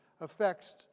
affects